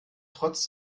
trotz